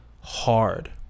hard